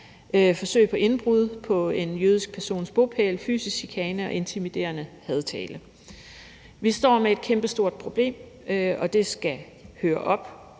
forsøg på indbrud på en jødisk persons bopæl, fysisk chikane og intimiderende hadtale. Vi står med et kæmpestort problem, og det skal høre op,